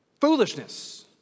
Foolishness